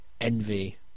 envy